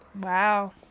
Wow